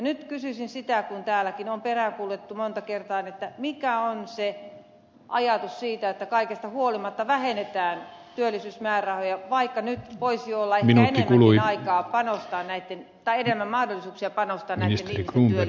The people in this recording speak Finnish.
nyt kysynkin kun täälläkin on peräänkuulutettu sitä monta kertaa mikä on se ajatus siinä että kaikesta huolimatta vähennetään työllisyysmäärärahoja vaikka nyt voisi olla ehkä enemmän mahdollisuuksia panostaa näitten ihmisten työllisyyteen